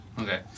Okay